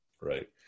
right